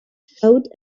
showed